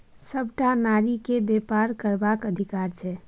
सभटा नारीकेँ बेपार करबाक अधिकार छै